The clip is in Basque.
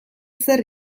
zer